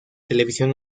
televisión